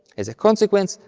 as a consequence,